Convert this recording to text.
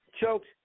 choked